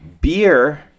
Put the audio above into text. Beer